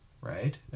right